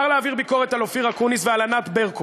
מותר להעביר ביקורת על אופיר אקוניס ועל ענת ברקו.